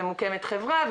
ומוקמת חברה,